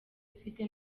ifite